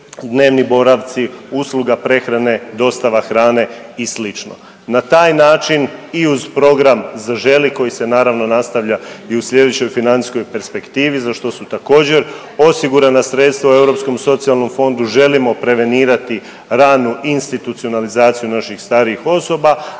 dnevni boravci, usluga prehrane, dostava hrane i slično. Na taj način i uz program Zaželi koji se naravno nastavlja i u slijedećoj financijskoj perspektivi za što su također osigurana sredstva u Europskom socijalnom fondu želimo prevenirati ranu institucionalizaciju naših starijih osoba,